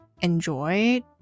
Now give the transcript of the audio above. enjoy